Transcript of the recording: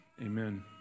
amen